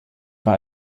war